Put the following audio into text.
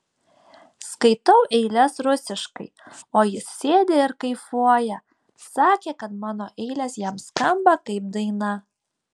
skaitau eiles rusiškai o jis sėdi ir kaifuoja sakė kad mano eilės jam skamba kaip daina